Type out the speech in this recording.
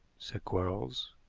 said quarles.